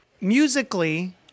Musically